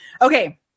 Okay